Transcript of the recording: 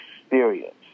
experience